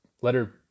letter